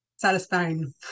satisfying